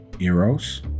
Eros